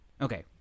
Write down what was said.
Okay